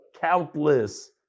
Countless